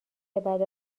بعد